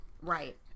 Right